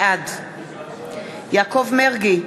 בעד יעקב מרגי,